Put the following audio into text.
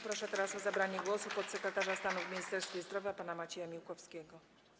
Proszę teraz o zabranie głosu podsekretarza stanu w Ministerstwie Zdrowia pana Macieja Miłkowskiego.